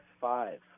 five